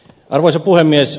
arvoisa puhemies